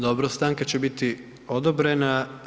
Dobro, stanka će biti odobrena.